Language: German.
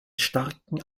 starken